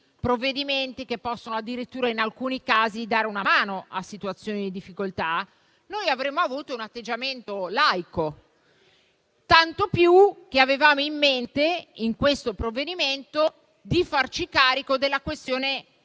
in alcuni casi possono addirittura dare una mano a situazioni di difficoltà), avrebbe avuto un atteggiamento laico. Tanto più che avevamo in mente, in questo provvedimento, di farci carico della questione